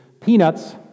Peanuts